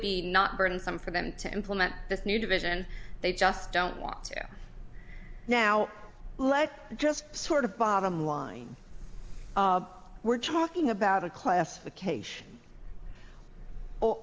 be not burdensome for them to implement this new division they just don't want to now like just sort of bottom line we're talking about a classification o